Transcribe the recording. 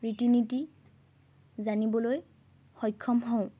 ৰীতি নীতি জানিবলৈ সক্ষম হওঁ